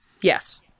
Yes